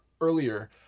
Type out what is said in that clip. earlier